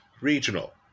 regional